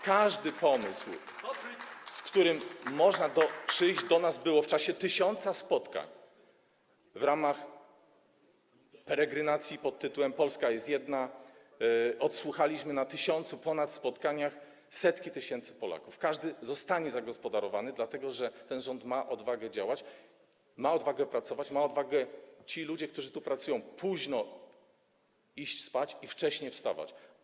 Każdy pomysł, z którym można było przyjść do nas w czasie tysiąca spotkań w ramach peregrynacji pod tytułem „Polska jest jedna” - wysłuchaliśmy na ponad tysiącu spotkań setki tysięcy Polaków - zostanie zagospodarowany, dlatego że ten rząd ma odwagę działać, ma odwagę pracować, ma odwagę - ci ludzie, którzy tu pracują - późno iść spać i wcześnie wstawać.